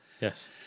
Yes